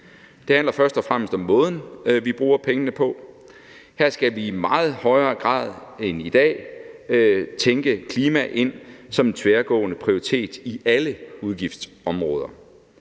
Det handler først og fremmest om måden, vi bruger pengene på. Her skal vi i meget højere grad end i dag tænke klima ind som en tværgående prioritet i alle udgiftsområder.